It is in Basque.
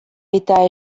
eta